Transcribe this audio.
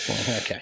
Okay